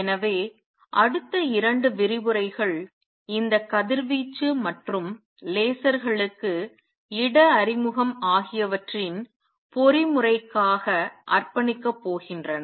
எனவே அடுத்த 2 விரிவுரைகள் இந்த கதிர்வீச்சு மற்றும் லேசர்களுக்கு இட அறிமுகம் ஆகியவற்றின் பொறிமுறையைக்காக அர்ப்பணிக்கப் போகின்றன